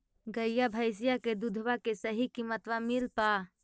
गईया भैसिया के दूधबा के सही किमतबा मिल पा?